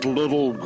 little